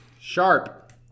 Sharp